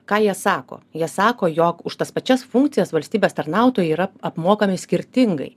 ką jie sako jie sako jog už tas pačias funkcijas valstybės tarnautojai yra apmokami skirtingai